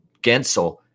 Gensel –